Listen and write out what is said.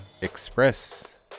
Express